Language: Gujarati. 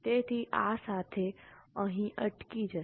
તેથી આ સાથે અહીં અટકી જશે